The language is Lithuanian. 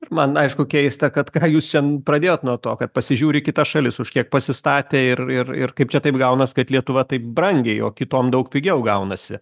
ir man aišku keista kad ką jūs čia pradėjot nuo to kad pasižiūri į kitas šalis už kiek pasistatė ir ir ir kaip čia taip gaunas kad lietuva taip brangiai o kitom daug pigiau gaunasi